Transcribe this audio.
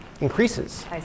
increases